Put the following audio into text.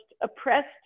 oppressed